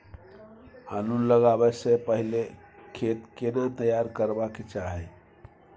आलू लगाबै स पहिले खेत केना तैयार करबा के चाहय?